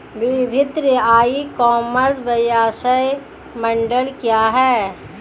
विभिन्न e commerce व्यवसाय model क्या हैं?